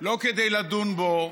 לא כדי לדון בו.